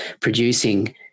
producing